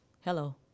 hello